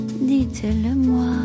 Dites-le-moi